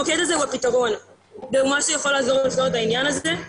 המוקד הזה הוא הפתרון והוא משהו שיכול לעזור לנו לפתור את העניין הזה.